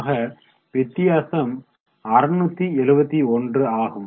ஆக வித்தியாசம் 671 ஆகும்